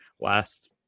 Last